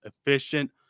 efficient